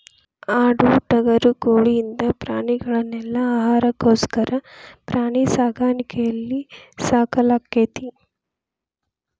ಆಡು ಟಗರು ಕೋಳಿ ಇಂತ ಪ್ರಾಣಿಗಳನೆಲ್ಲ ಆಹಾರಕ್ಕೋಸ್ಕರ ಪ್ರಾಣಿ ಸಾಕಾಣಿಕೆಯಲ್ಲಿ ಸಾಕಲಾಗ್ತೇತಿ